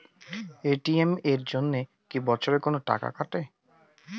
ATM এর জন্যে কি বছরে কোনো টাকা কাটে?